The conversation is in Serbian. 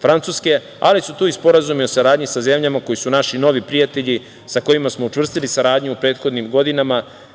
Francuske, ali su tu i sporazumi o saradnji sa zemljama koje su naši novi prijatelji sa kojima smo učvrstili saradnju u prethodnim godinama. Ne